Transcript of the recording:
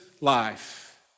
life